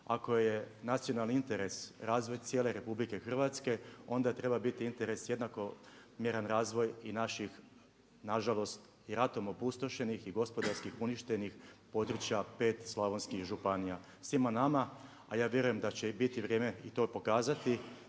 Ako je nacionalni interes razvoj cijele RH onda treba biti interes jednakomjeran razvoj i naših nažalost i ratom opustošenih i gospodarskih uništenih područja 5 slavonskih županija. Svima nama a ja vjerujem da će biti vrijeme i to pokazati